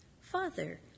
Father